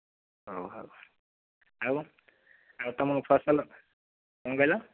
ହେଉ ହେଉ ଆଉ ଆଉ ତୁମ ଫସଲ କ'ଣ କହିଲ